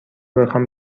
بخوام